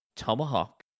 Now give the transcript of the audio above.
Tomahawk